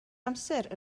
amser